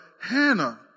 Hannah